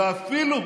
ואפילו,